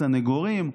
סנגורים,